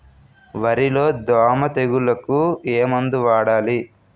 వరిలో దోమ తెగులుకు ఏమందు వాడాలి?